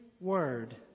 word